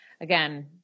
again